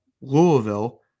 Louisville